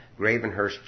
Gravenhurst